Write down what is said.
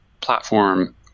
platform